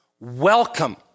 welcome